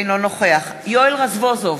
אינו נוכח יואל רזבוזוב,